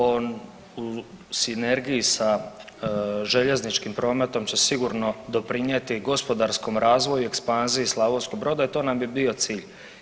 On u sinergiji sa željezničkim prometom će sigurno doprinjeti gospodarskom razvoju i ekspanziji Slavonskog Broda i to nam je bio cilj.